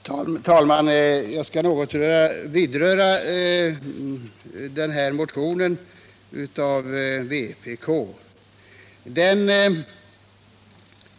Herr talman! Jag skall något beröra vpk-motionen.